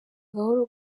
gahora